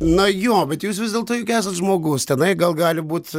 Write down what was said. na jo bet jūs vis dėlto juk esat žmogus tenai gal gali būt